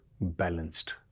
balanced